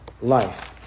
life